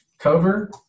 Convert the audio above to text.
Cover